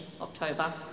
October